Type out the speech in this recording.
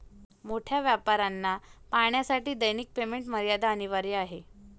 मोठ्या व्यापाऱ्यांना पाहण्यासाठी दैनिक पेमेंट मर्यादा अनिवार्य आहे